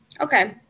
Okay